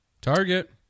Target